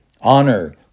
honor